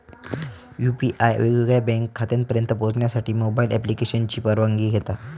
UPI वेगवेगळ्या bank खात्यांपर्यंत पोहचण्यासाठी मोबाईल ॲप्लिकेशनची परवानगी घेता